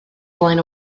flaen